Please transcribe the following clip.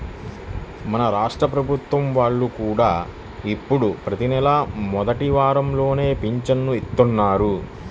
మన రాష్ట్ర ప్రభుత్వం వాళ్ళు కూడా ఇప్పుడు ప్రతి నెలా మొదటి వారంలోనే పింఛను ఇత్తన్నారు